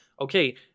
Okay